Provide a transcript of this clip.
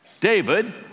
david